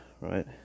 right